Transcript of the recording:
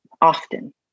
often